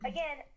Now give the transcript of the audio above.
Again